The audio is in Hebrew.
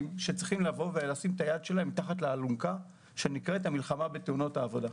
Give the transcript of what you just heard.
שצריכים לשים את היד שלהם מתחת לאלונקה שנקראת המלחמה בתאונות העבודה.